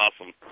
awesome